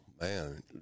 man